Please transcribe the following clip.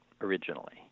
originally